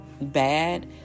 bad